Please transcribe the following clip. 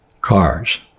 cars